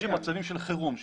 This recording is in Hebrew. מצבים של חירום,